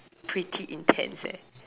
pretty intense eh